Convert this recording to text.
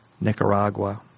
Nicaragua